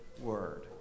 word